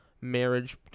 marriage